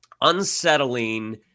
unsettling